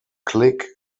click